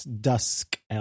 dusk